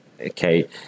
okay